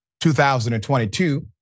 2022